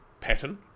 pattern